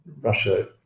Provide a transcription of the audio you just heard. Russia